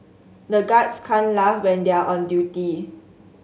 the guards can laugh when they are on duty